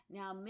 now